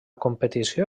competició